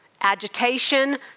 agitation